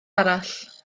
arall